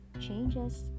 changes